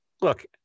look